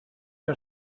que